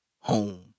home